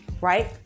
right